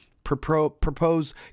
Propose